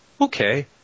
okay